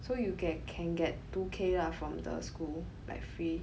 so you get can get two K lah from the school like free